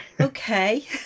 Okay